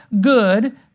good